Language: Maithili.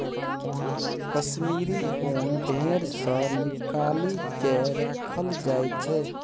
कश्मीरी ऊन भेड़ सँ निकालि केँ राखल जाइ छै